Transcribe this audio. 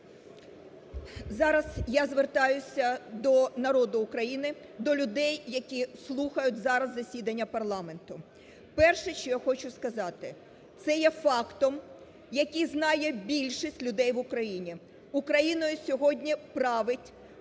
Зараз я звертаюся до народу України, до людей, які слухають зараз засідання парламенту. Перше, що я хочу сказати, це є фактом, який знає більшість людей в Україні. Україною сьогодні править